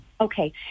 Okay